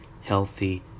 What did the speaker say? healthy